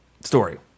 story